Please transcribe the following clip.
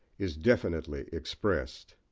is definitely expressed.